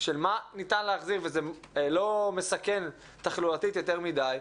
של מה ניתן להחזיר וזה לא מסכן תחלואתית יותר מדי,